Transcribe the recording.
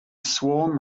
swarm